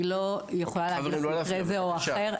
אני לא יכולה להגיד על מקרה זה או אחר.